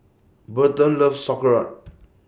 Burton loves Sauerkraut